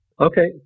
Okay